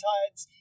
Tides